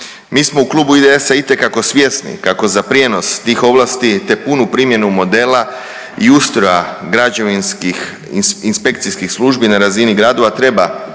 Mi smo u Klubu IDS-a itekako svjesni kako za prijenos tih ovlasti te punu primjenu modela i ustroja građevinskih, inspekcijskih službi na razini gradova treba